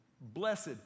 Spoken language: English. Blessed